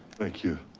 thank you.